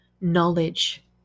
Knowledge